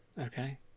Okay